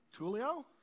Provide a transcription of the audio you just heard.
Tulio